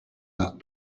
that